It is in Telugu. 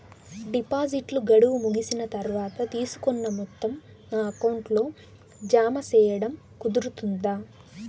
డిపాజిట్లు గడువు ముగిసిన తర్వాత, తీసుకున్న మొత్తం నా అకౌంట్ లో జామ సేయడం కుదురుతుందా?